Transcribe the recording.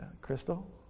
Crystal